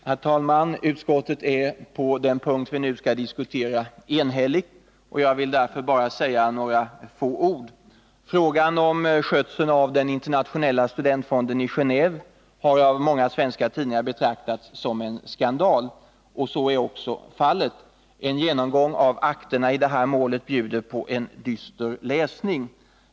Internationella Herr talman! Utskottet är på den punkt vi nu skall diskutera enhälligt. Jag studentfonden i vill därför bara säga några få ord. Skötseln av Internationella studentfondeni Genéve Geneve har av många svenska tidningar betraktats som en skandal. Så är också fallet. En genomgång av akterna i målet bjuder på en dyster läsning.